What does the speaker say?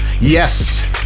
Yes